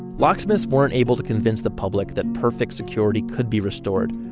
locksmiths weren't able to convince the public that perfect security could be restored,